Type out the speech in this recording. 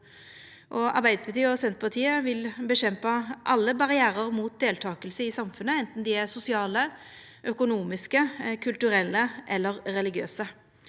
Arbeidarpartiet og Senterpartiet vil kjempa mot alle barrierar mot deltaking i samfunnet, anten dei er sosiale, økonomiske, kulturelle eller religiøse.